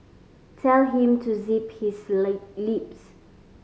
tell him to zip his lips